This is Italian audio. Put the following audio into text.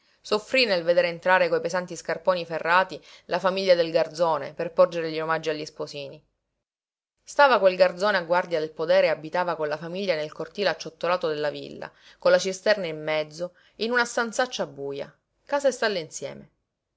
soffrí nel vedere entrare coi pesanti scarponi ferrati la famiglia del garzone per porgere gli omaggi agli sposini stava quel garzone a guardia del podere e abitava con la famiglia nel cortile acciottolato della villa con la cisterna in mezzo in una stanzaccia buja casa e stalla insieme